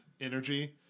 energy